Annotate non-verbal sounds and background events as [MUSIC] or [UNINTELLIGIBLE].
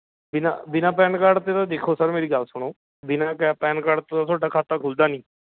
ਬਿਨਾਂ ਬਿਨਾਂ PAN card 'ਤੇ ਤਾਂ ਦੇਖੋ ਸਰ ਮੇਰੀ ਗੱਲ ਸੁਣੋ ਬਿਨਾਂ [UNINTELLIGIBLE] ਪੈਨ ਕਾਰਡ ਤੋਂ ਤਾਂ ਤੁਹਾਡਾ ਖਾਤਾ ਖੁੱਲ੍ਹਦਾ ਨਹੀਂ